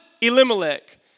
Elimelech